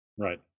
Right